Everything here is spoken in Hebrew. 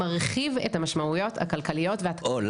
מרחיב את המשמעויות הכלכליות --- או,